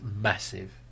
massive